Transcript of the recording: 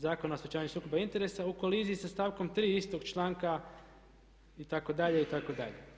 Zakona o sprječavanju sukoba interesa u koliziji je sa stavkom 3. istog članka itd. itd.